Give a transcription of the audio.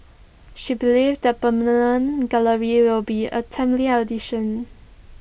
she believes the permanent gallery will be A timely addition